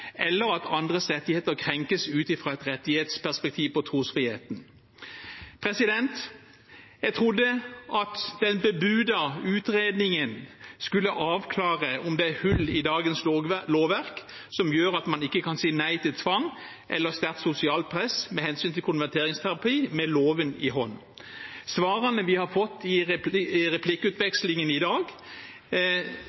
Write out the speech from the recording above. eller at andres rettigheter krenkes ut fra et rettighetsperspektiv på trosfriheten. Jeg trodde at den bebudede utredningen skulle avklare om det er hull i dagens lovverk som gjør at man ikke kan si nei til tvang eller sterkt sosialt press når det gjelder konverteringsterapi, med loven i hånd. Svarene vi har fått i replikkutvekslingen i